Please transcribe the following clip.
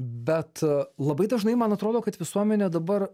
bet labai dažnai man atrodo kad visuomenė dabar